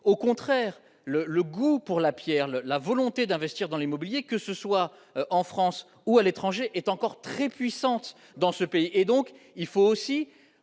Au contraire, le goût pour la pierre, la volonté d'investir dans l'immobilier, que ce soit en France ou à l'étranger, sont encore très puissants dans notre pays. Il faut donc aussi